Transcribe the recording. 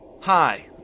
hi